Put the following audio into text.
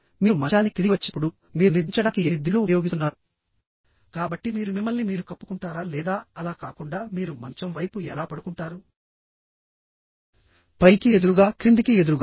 మీరు మంచానికి తిరిగి వచ్చినప్పుడు మీరు నిద్రించడానికి ఎన్ని దిండ్లు ఉపయోగిస్తున్నారు కాబట్టి మీరు మిమ్మల్ని మీరు కప్పుకుంటారా లేదా అలా కాకుండా మీరు మంచం వైపు ఎలా పడుకుంటారు పైకి ఎదురుగా క్రిందికి ఎదురుగా